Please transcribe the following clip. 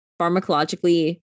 pharmacologically